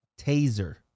taser